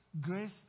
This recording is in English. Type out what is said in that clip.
grace